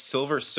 Silver